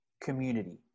Community